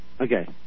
Okay